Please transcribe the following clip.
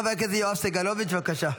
חבר הכנסת יואב סגלוביץ', בבקשה.